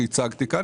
שהצגתי כאן,